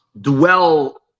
dwell